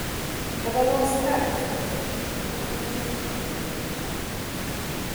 kada nors gali atsirasti ir termobranduolinė energetika